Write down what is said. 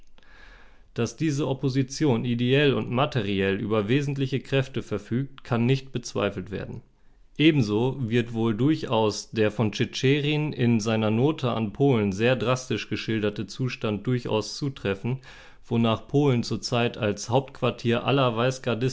daß diese opposition ideell und materiell über wesentliche kräfte verfügt kann nicht bezweifelt werden ebenso wird wohl durchaus der von tschitscherin seiner note an polen sehr drastisch geschilderte zustand durchaus zutreffen wonach polen zur zeit als hauptquartier aller